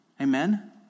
Amen